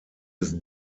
des